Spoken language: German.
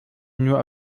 nur